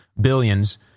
billions